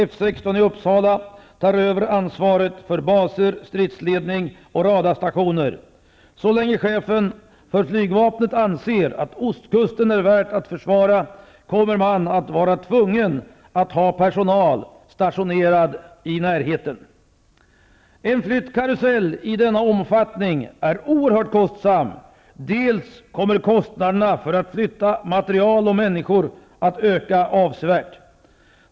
F 16 i Uppsala tar över ansvaret för baser, stridsledning och radarstationer. Så länge chefen för flygvapnet anser att ostkusten är värd att försvara kommer man att vara tvungen att ha personal stationerad i närheten. En flyttkarusell av denna omfattning är oerhört kostsam. Kostnaderna för att flytta materiel och människor kommer att öka avsevärt.